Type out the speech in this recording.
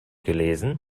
gelesen